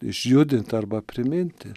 išjudinti arba priminti